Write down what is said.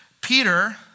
Peter